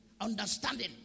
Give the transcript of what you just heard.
Understanding